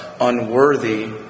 unworthy